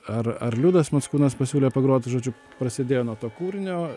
ar ar liudas mockūnas pasiūlė pagrot žodžiu prasidėjo nuo to kūrinio